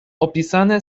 opisane